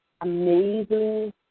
amazing